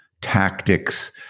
tactics